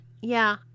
Yeah